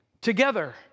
together